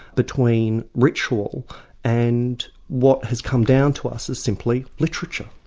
between ritual and what has come down to us as simply literature.